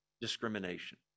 discrimination